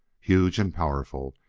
huge and powerful,